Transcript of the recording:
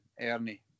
Ernie